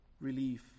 relief